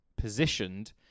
positioned